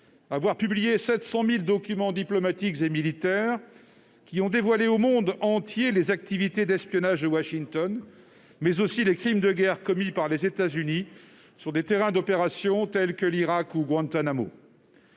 avoir publié 700 000 documents diplomatiques et militaires, qui ont dévoilé au monde entier les activités d'espionnage de Washington, mais aussi les crimes de guerre commis par les États-Unis sur des terrains d'opération tels que l'Irak, ou à Guantanamo.